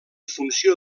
funció